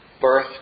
birth